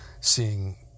seeing